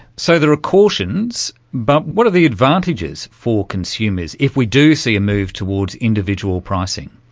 so there are cautions, but what are the advantages for consumers if we do see a move towards individual pricing,